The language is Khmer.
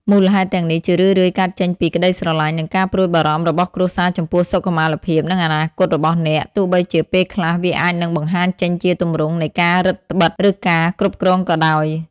មូលហេតុទាំងនេះជារឿយៗកើតចេញពីក្តីស្រឡាញ់ និងការព្រួយបារម្ភរបស់គ្រួសារចំពោះសុខុមាលភាព និងអនាគតរបស់អ្នក ទោះបីជាពេលខ្លះវាអាចនឹងបង្ហាញចេញជាទម្រង់នៃការរឹតត្បិត ឬការគ្រប់គ្រងក៏ដោយ។